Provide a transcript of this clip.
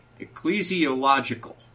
Ecclesiological